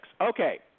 Okay